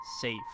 Safe